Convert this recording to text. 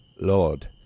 Lord